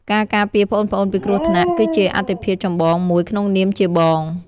ការការពារប្អូនៗពីគ្រោះថ្នាក់ គឺជាអាទិភាពចម្បងមួយក្នុងនាមជាបង។